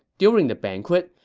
during the banquet,